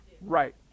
Right